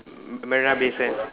Marina Bay sands